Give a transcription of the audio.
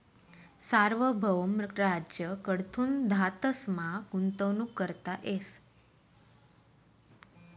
सार्वभौम राज्य कडथून धातसमा गुंतवणूक करता येस